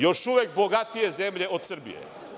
Još uvek bogatije zemlje od Srbije.